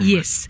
Yes